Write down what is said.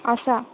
आसा